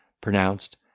pronounced